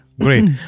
great